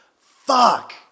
fuck